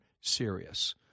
serious